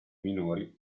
minori